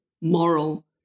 moral